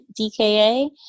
DKA